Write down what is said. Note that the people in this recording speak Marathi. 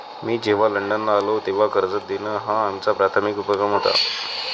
मी जेव्हा लंडनला आलो, तेव्हा कर्ज देणं हा आमचा प्राथमिक उपक्रम होता